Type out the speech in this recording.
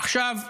עכשיו,